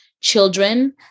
children